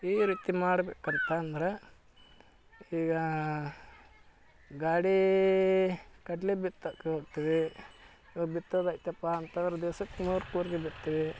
ಈ ರೀತಿ ಮಾಡ್ಬೇಕಂತಂದ್ರೆ ಈಗ ಗಾಡಿ ಕಡ್ಲೆ ಬಿತ್ತಕ್ಕೆ ಹೋಗ್ತೀವಿ ಇವಾಗ ಬಿತ್ತೋದು ಐತಪ್ಪ ಅಂತಂದರೆ ದಿವ್ಸಕ್ಕೆ ನೂರು ಕೂರ್ಗೆ ಬಿತ್ತೀವಿ